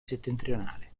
settentrionale